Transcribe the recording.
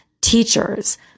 teachers